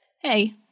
hey –